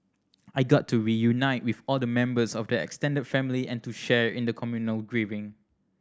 I got to reunite with all the members of the extended family and to share in the communal grieving